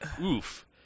oof